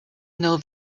know